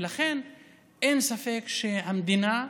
ולכן אין ספק שהמדינה,